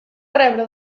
rebre